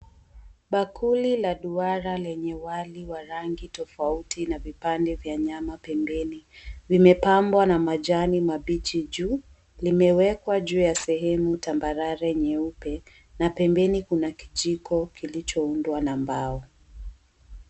Bakuli la duara lenye wali 𝑤𝑎 rangi tofauti na vipande vya nyama pembeni vimepambwa na majani mabichi juu limewekwa juu ya sehemu tambarare nyeupe na pembeni kuna kijiko kilicho umbwa na mbao.